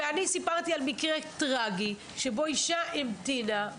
ואני סיפרתי על מקרה טרגי שבו אישה המתינה,